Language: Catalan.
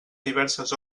diverses